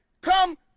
come